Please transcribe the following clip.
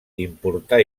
importar